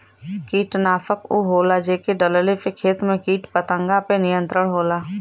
कीटनाशक उ होला जेके डलले से खेत में कीट पतंगा पे नियंत्रण होला